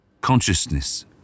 Consciousness